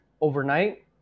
overnight